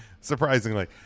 surprisingly